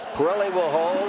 parilli will hold,